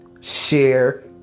share